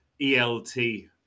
ELT